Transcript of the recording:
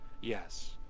yes